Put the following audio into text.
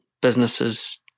businesses